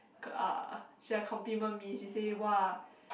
uh she like complement me she says !wah!